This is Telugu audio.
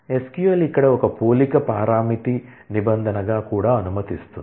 SQL ఇక్కడ ఒక పోలిక పరామితి నిబంధన గా కూడా అనుమతిస్తుంది